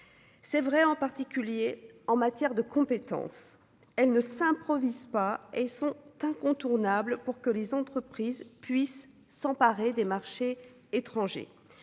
C'est vrai en particulier en matière de compétences, elle ne s'improvise pas et sont incontournables pour que les entreprises puissent s'emparer des marchés étrangers.